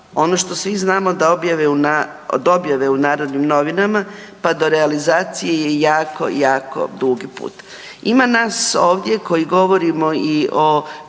ono što svi znamo od objave u Narodnim novinama pa do realizacije je jako, jako dugi put. Ima nas ovdje koji govorimo i o